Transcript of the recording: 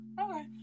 okay